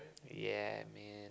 ya man